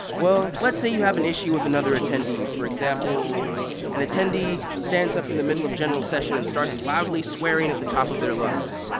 well, let's say you have an issue with another attendee. for example and attendee stands up in the middle of general session and starts loudly swearing at the top of their lungs.